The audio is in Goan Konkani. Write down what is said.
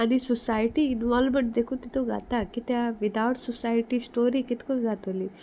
आनी सोसायटी इनवॉल्वमंट देखून तितू घाता कित्या विदआवट सोसायटी स्टोरी कितको जातोली